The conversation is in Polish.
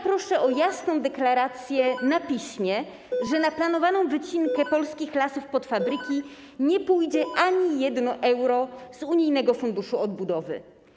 Proszę o jasną deklarację na piśmie, że na planowaną wycinkę polskich lasów pod fabryki nie pójdzie ani jedno euro z unijnego Funduszu Odbudowy.